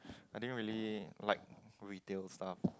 I don't really like retail stuff